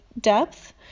depth